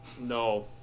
No